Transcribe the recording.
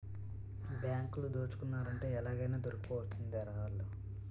బాంకులు దోసుకున్నారంటే ఎలాగైనా దొరికిపోవాల్సిందేరా ఆల్లు